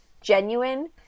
genuine